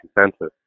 consensus